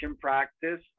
practice